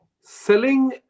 selling